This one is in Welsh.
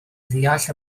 ddeall